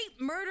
murder